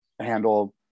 handle